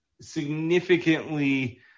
significantly